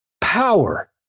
power